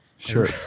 Sure